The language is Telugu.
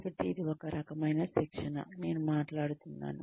కాబట్టి ఇది ఒక రకమైన శిక్షణ నేను మాట్లాడుతున్నాను